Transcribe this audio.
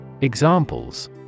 Examples